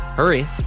Hurry